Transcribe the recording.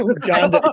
John